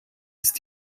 ist